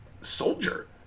soldier